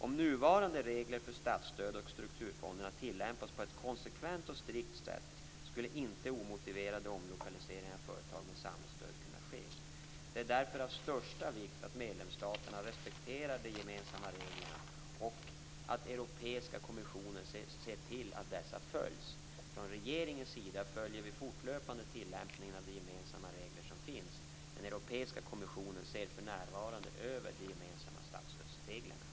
Om nuvarande regler för statsstöd och strukturfonderna tillämpades på ett konsekvent och strikt sätt skulle inte omotiverade omlokaliseringar av företag med samhällsstöd kunna ske. Det är därför av största vikt att medlemsstaterna respekterar de gemensamma reglerna och att Europeiska kommissionen ser till att dessa följs. Från regeringens sida följer vi fortlöpande tillämpningen av de gemensamma regler som finns. Europeiska kommissionen ser för närvarande över de gemensamma statsstödsreglerna.